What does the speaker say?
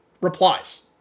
replies